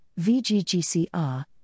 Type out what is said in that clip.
VGGCR